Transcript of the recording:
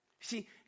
See